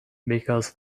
because